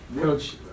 Coach